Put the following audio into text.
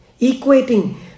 Equating